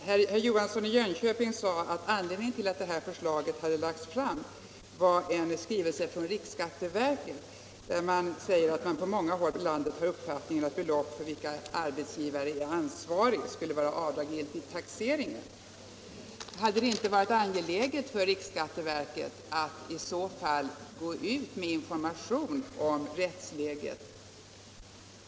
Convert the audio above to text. Herr talman! Herr Johansson i Jönköping sade att anledningen till att förslaget hade lagts fram var en skrivelse från riksskatteverket, där man säger att man på många håll i landet har uppfattningen att belopp för vilka arbetsgivare är ansvarig skulle vara avdragsgilla vid taxering. Hade det i så fall inte varit angeläget för riksskatteverket att gå ut med information om rättsläget?